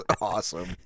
awesome